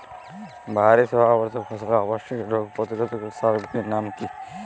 বাহারী শোভাবর্ধক ফসলের আবশ্যিক রোগ প্রতিরোধক সার গুলির নাম কি কি?